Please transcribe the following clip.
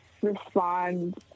Respond